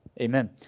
Amen